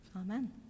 Amen